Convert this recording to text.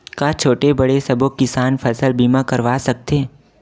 का छोटे बड़े सबो किसान फसल बीमा करवा सकथे?